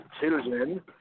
children